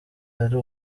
ari